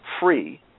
free